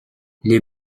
les